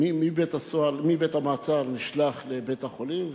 מבית-המעצר נשלח לבית-החולים,